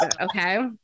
Okay